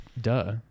duh